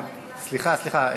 סליחה,